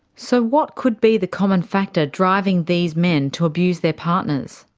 so what could be the common factor driving these men to abuse their partners?